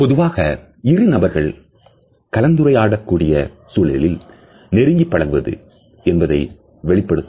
பொதுவாக இரு நபர்கள் கலந்துரையாட கூடிய சூழலில் நெருங்கிப் பழகுவது higher dominance என்பதை வெளிப்படுத்தும்